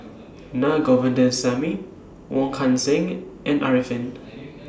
Naa Govindasamy Wong Kan Seng and Arifin